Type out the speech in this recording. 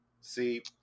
See